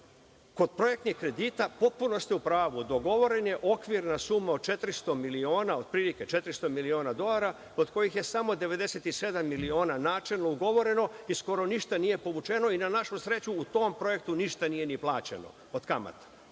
projektnih kredita, potpuno ste u pravu, dogovorena je okvirna suma od 400 miliona, otprilike 400 miliona dolara od kojih je samo 97 miliona načelno ugovoreno i skoro ništa nije povučeno i na našu sreću u tom projektu ništa nije ni plaćeno od kamate,